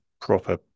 proper